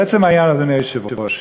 לעצם העניין, אדוני היושב-ראש,